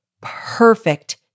perfect